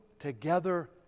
together